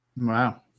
Wow